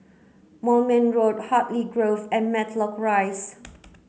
Moulmein Road Hartley Grove and Matlock Rise